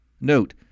Note